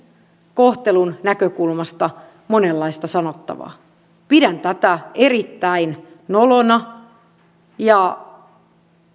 kohtelun näkökulmasta monenlaista sanottavaa pidän tätä erittäin nolona ja